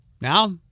now